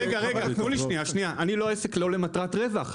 אני לא עסק לא למטרת רווח,